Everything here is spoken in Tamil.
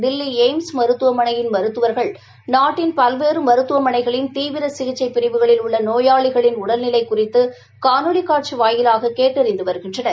தில்லி எய்ம்ஸ் மருத்துவமனையின் மருத்துவர்கள் நாட்டின் பல்வேறு மருத்துவமனைகளின் தீவிர சிகிச்சை பிரிவுகளில் உள்ள நோயாளிகளின் உடல்நிலை குறித்து காணொலி காட்சி வாயிலாக கேட்டறிந்து வருகின்றனர்